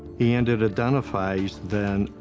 and it identifies, then,